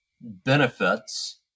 benefits